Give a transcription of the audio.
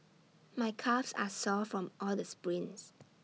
my calves are sore from all the sprints